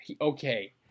Okay